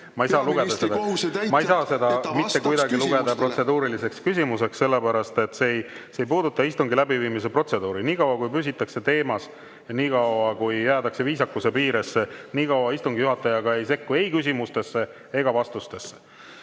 küsimus. Ma ei saa seda mitte kuidagi lugeda protseduuriliseks küsimuseks, sellepärast et see ei puuduta istungi läbiviimise protseduuri. Niikaua, kui püsitakse teemas, niikaua, kui jäädakse viisakuse piiresse, istungi juhataja ei sekku ei küsimustesse ega vastustesse.